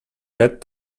had